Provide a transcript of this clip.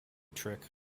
trick